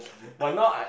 but now I